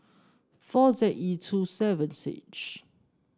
four Z E two seven H